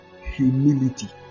humility